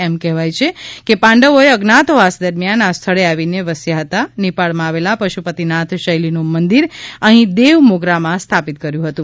એમ કહેવાય છે કે પાંડવોએ અજ્ઞાતવાસ દરમિયાન આ સ્થળે આવીને વસ્યા હતા નેપાળમાં આવેલા પશુપતિનાથ શૈલીનું મંદિર અહી દેવમોગરામાં સ્થાપિત કર્યું હતું